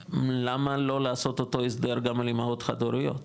למה לא לעשות אותו הסדר, גם על אימהות חד-הוריות?